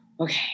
okay